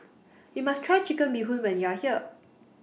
YOU must Try Chicken Bee Hoon when YOU Are here